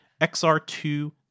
XR2